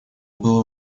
было